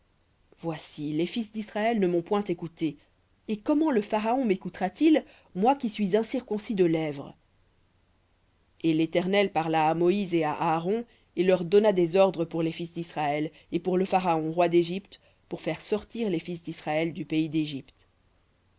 voici les fils d'israël ne m'ont point écouté et comment le pharaon mécoutera t il moi qui suis incirconcis de lèvres et l'éternel parla à moïse et à aaron et leur donna des ordres pour les fils d'israël et pour le pharaon roi d'égypte pour faire sortir les fils d'israël du pays d'égypte